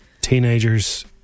Teenagers